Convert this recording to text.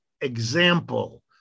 example